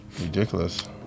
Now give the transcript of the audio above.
ridiculous